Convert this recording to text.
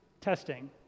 testing